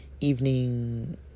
evening